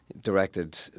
directed